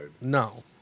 No